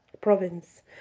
province